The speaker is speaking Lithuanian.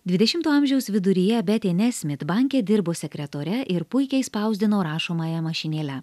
dvidešimto amžiaus viduryje betė nesmit banke dirbo sekretore ir puikiai spausdino rašomąja mašinėle